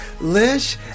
lish